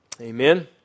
Amen